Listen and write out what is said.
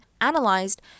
analyzed